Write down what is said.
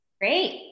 Great